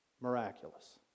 miraculous